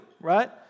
right